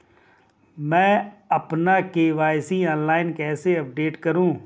मैं अपना KYC online कैसे अपडेट करूँ?